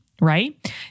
right